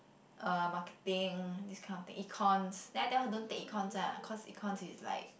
uh marketing this kind of thing econs then I tell her don't take econs ah cause econs is like